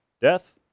Death